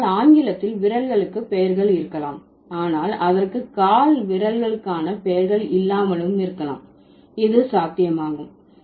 அதனால் ஆங்கிலத்தில் விரல்களுக்கு பெயர்கள் இருக்கலாம் ஆனால் அதற்கு கால்விரல்களுக்கான பெயர்கள் இல்லாமலும் இருக்கலாம் இது சாத்தியமாகும்